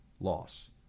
loss